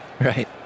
Right